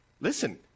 Listen